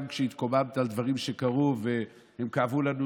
גם כשהתקוממת על דברים שקרו והם כאבו לנו,